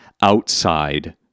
outside